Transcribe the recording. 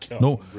No